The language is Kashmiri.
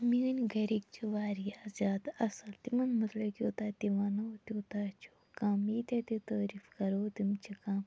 میٛٲنۍ گھرِکۍ چھِ واریاہ زیادٕ اصٕل تِمَن مُتعلق یوٗتاہ تہِ وَنو تیٛوٗتاہ چھُ کَم ییٖتیٛاہ تہِ تٔعریٖف کَرو تِم چھِ کَم